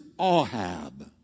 ahab